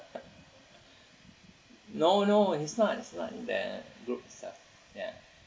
no no he's not he's not in the group itself ya